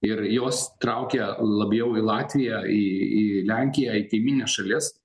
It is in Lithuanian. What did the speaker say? ir jos traukia labiau į latviją į į lenkiją į kaimynines šalis